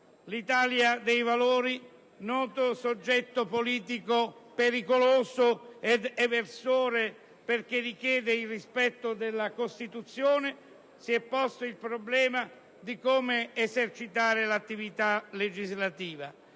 l'Italia dei Valori, noto soggetto politico pericoloso ed eversore perché richiede il rispetto della Costituzione, si è posta il problema di come esercitare l'attività legislativa.